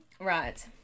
Right